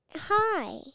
hi